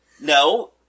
no